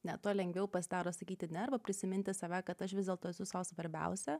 ne tuo lengviau pasidaro sakyti ne arba prisiminti save kad aš vis dėlto esu sau svarbiausia